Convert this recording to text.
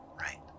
right